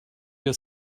your